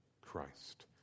Christ